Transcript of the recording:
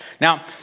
Now